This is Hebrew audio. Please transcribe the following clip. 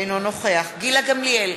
אינו נוכח גילה גמליאל,